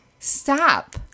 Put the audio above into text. Stop